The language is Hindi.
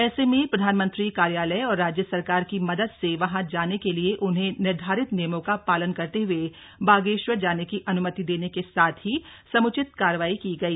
ऐसे में प्रधानमंत्री कार्यालय और राज्य सरकार की मदद से वहां जाने के लिए उन्हें निर्धारित नियमों का पालन करते हए बागेश्वर जाने की अनुमति देने के साथ ही सम्चित कार्रवाई की गई